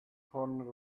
corner